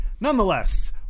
Nonetheless